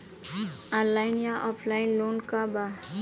Online या offline loan का बा?